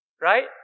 right